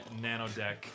nanodeck